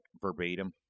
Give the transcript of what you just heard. verbatim